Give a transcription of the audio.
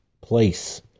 place